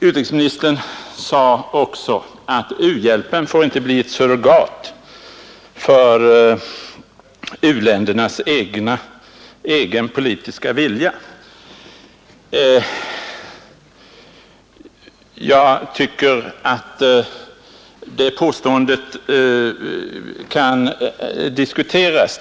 Utrikesministern sade också att u-hjälpen inte får bli ett surrogat för u-ländernas egen politiska vilja. Jag tycker att det påståendet kan diskuteras.